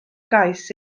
gais